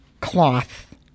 cloth